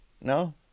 No